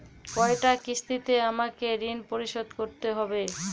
কয়টা কিস্তিতে আমাকে ঋণ পরিশোধ করতে হবে?